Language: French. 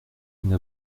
une